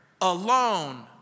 alone